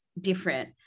different